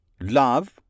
Love